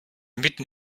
mitten